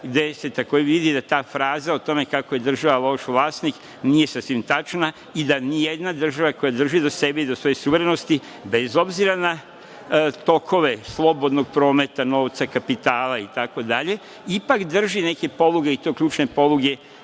gde se takođe vidi ta fraza o tome kako je država loš vlasnik nije sasvim tačna i da nijedna država koja drži do sebe i do svoje suverenosti, bez obzira na tokove slobodnog prometa, novca, kapitala i tako dalje, ipak drži neke poluge, i to ključne,